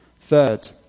Third